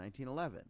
1911